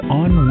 on